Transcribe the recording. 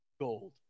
Gold